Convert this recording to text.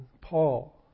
Paul